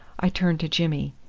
i turned to jimmy.